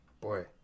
boy